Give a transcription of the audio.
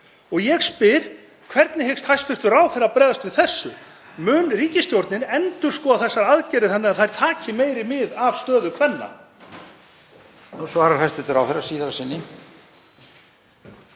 Ég spyr: Hvernig hyggst hæstv. ráðherra bregðast við þessu? Mun ríkisstjórnin endurskoða þessar aðgerðir þannig að þær taki meira mið af stöðu kvenna?